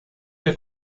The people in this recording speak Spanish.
que